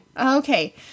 Okay